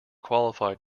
qualified